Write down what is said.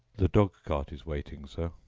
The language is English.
the dog-cart is waiting, sir.